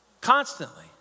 Constantly